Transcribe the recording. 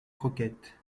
croquettes